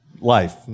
Life